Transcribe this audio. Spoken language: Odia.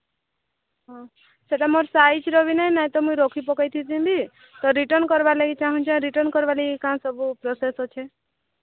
ହଁ ସେଇଟା ମୋ ସାଇଜର ବି ନାହିଁ ନା ତ ମୁଁ ରଖିପକେଇଥାନ୍ତି ତ ରିଟର୍ନ କରିବା ଲାଗି ଚାହୁଁଛି ରିଟର୍ନ କରିବା ଲାଗି କ'ଣ ସବୁ ପ୍ରୋସେସ୍ ଅଛି